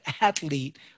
athlete